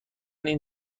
این